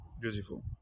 Beautiful